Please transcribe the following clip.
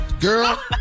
Girl